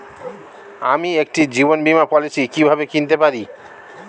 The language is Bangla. আমি একটি জীবন বীমা পলিসি কিভাবে কিনতে পারি?